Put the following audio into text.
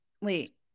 wait